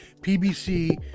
PBC